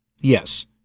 Yes